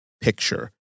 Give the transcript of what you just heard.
picture